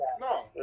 No